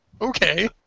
Okay